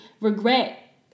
regret